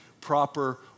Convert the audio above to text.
proper